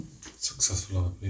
Successful